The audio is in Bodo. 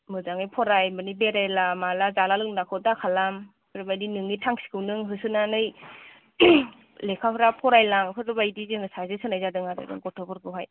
मोजाङै फराय माने बेरायला माला जाला लोंलाखौ दाखालाम बेबादि नोंनि थांखिखौ नों होसोनानै लेखाफ्रा फरायलां बेफोरबायदि जोङो साजेस्ट होनाय जादों आरो जों गथ'फोरखौहाय